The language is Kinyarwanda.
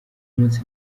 munsi